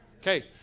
Okay